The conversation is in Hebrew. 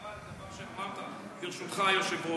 על מה שאמרת, ברשותך, היושב-ראש.